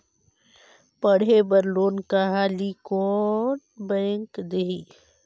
पढ़े बर लोन कहा ली? कोन बैंक देही?